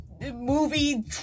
movie